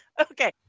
Okay